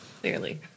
Clearly